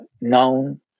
known